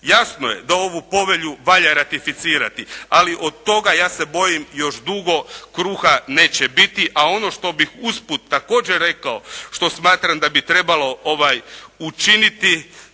Jasno je da ovu povelju valja ratificirati ali od toga ja se bojim još dugo kruha neće biti, a ono što bih usput također rekao što smatram da bi trebalo učiniti